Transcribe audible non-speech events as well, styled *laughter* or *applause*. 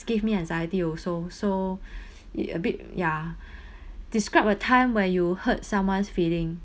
give me anxiety also so *breath* it's a bit ya *breath* describe a time where you hurt someone's feeling